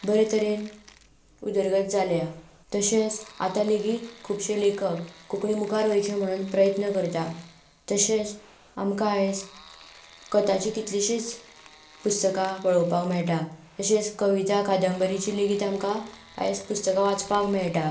बरे तरेन उदरगत जाल्या तशेंच आतां लेगीत खुबशे लेखक कोंकणी मुखार वयचे म्हणून प्रयत्न करतात तशेंच आमकां आयज कथाचीं कितलिशींच पुस्तकां पळोवपाक मेळटा तशेंच कविता कादंबरीचीं लेगीत आमकां आयज पुस्तकां वाचपाक मेळटा